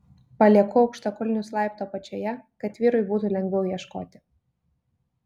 palieku aukštakulnius laiptų apačioje kad vyrui būtų lengviau ieškoti